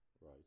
right